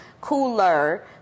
cooler